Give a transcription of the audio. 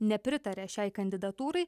nepritaria šiai kandidatūrai